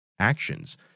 actions